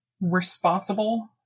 responsible